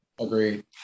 Agreed